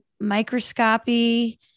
microscopy